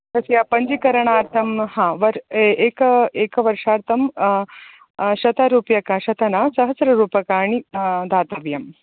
तस्य पञ्जीलरणार्थं हा वर् एक एकवर्षार्थं शतरूप्यक शत ना सहस्ररूप्यकाणि दातव्यम्